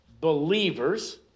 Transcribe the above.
believers